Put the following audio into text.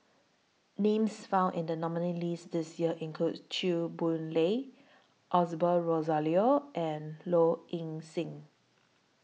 Names found in The nominees' list This Year include Chew Boon Lay Osbert Rozario and Low Ing Sing